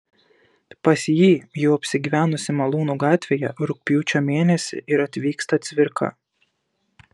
pas jį jau apsigyvenusį malūnų gatvėje rugpjūčio mėnesį ir atvyksta cvirka